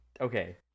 okay